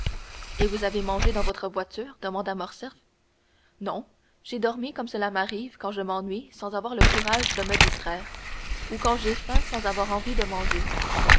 et vous avez mangé dans votre voiture demanda morcerf non j'ai dormi comme cela m'arrive quand je m'ennuie sans avoir le courage de me distraire ou quand j'ai faim sans avoir envie de manger